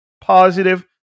positive